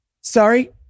Sorry